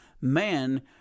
man